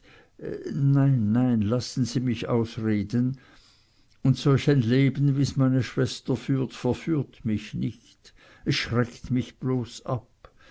nein nein lassen sie mich ausreden und solch ein leben wie's meine schwester führt verführt mich nicht es schreckt mich bloß ab